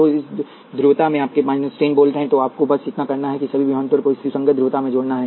तो इस ध्रुवता में आपके पास 10 वोल्ट हैं तो आपको बस इतना करना है कि सभी विभवांतर को एक सुसंगत ध्रुवता में जोड़ना है